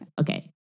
Okay